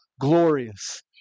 glorious